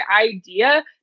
idea